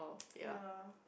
ya